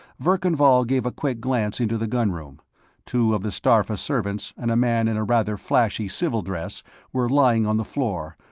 verkan vall gave a quick glance into the gun room two of the starpha servants and a man in rather flashy civil dress were lying on the floor,